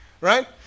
right